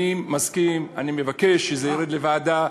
אני מסכים, אני מבקש שזה ירד לוועדה.